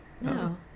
No